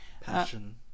Passion